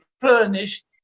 furnished